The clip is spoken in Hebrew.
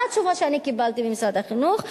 מה התשובה שאני קיבלתי ממשרד החינוך?